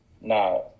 Now